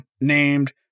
named